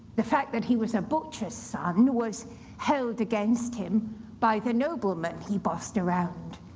the fact that he was a butcher's son was held against him by the noblemen he bossed around,